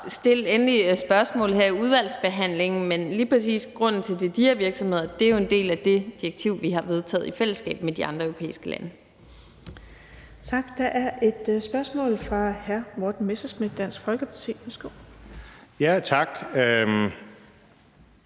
stil endelig spørgsmål i udvalgsbehandlingen. Men lige præcis grunden til, at det er de her virksomheder, er jo, at det er en del af det direktiv, vi har vedtaget i fællesskab med de andre europæiske lande. Kl. 15:47 Den fg. formand (Birgitte Vind): Tak. Der er et spørgsmål fra hr. Morten Messerschmidt, Dansk Folkeparti. Værsgo.